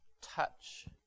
touch